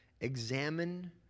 Examine